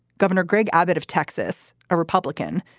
gov. and greg abbott of texas, a republican,